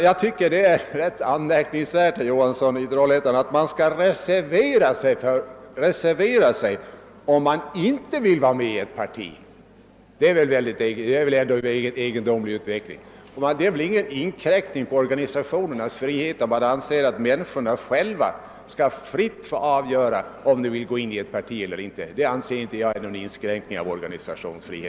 Jag tycker det är anmärkningsvärt att man skall reservera sig om man inte vill vara med i ett parti. Det innebär väl inget inkräktande på organisationernas frihet om människorna själva fritt får avgöra, huruvida de skall gå in i ett parti eller inte.